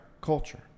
culture